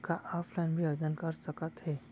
का ऑफलाइन भी आवदेन कर सकत हे?